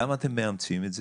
למה אתם מאמצים את זה?